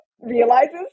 realizes